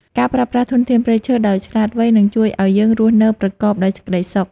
ការប្រើប្រាស់ធនធានព្រៃឈើដោយឆ្លាតវៃនឹងជួយឱ្យយើងរស់នៅប្រកបដោយសេចក្តីសុខ។